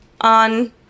on